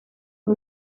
fue